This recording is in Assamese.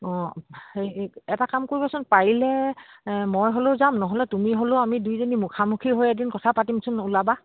অঁ হেৰি এটা কাম কৰিবাচোন পাৰিলে মই হ'লেও যাম নহ'লে তুমি হ'লেও আমি দুইজনী মুখামুখি হৈ এদিন কথা পাতিমচোন ওলাবা